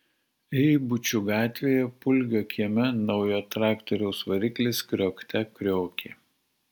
eibučių gatvėje pulgio kieme naujo traktoriaus variklis kriokte kriokė